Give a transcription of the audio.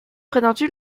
prétendu